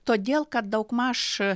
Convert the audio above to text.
todėl kad daugmaž